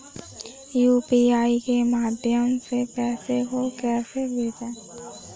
UPI के माध्यम से पैसे को कैसे भेजें?